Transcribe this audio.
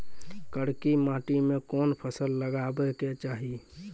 करकी माटी मे कोन फ़सल लगाबै के चाही?